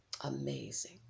Amazing